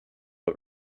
but